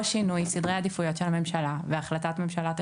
או שינוי סדרי עדיפויות של הממשלה והחלטת ממשלה.